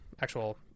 actual